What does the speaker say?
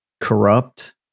Corrupt